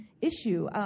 issue